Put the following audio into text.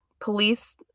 police